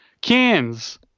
cans